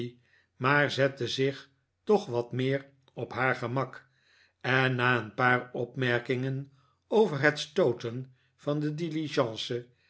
maar zette zich toch wat meer op haar gemak en na een paar opmerkingen over het stooten van de